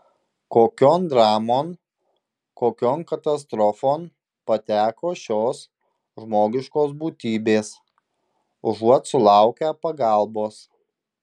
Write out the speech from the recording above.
kokion dramon kokion katastrofon pateko šios žmogiškos būtybės užuot sulaukę pagalbos